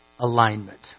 alignment